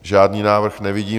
Žádný návrh nevidím.